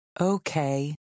Okay